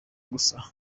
gusa